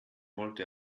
wollte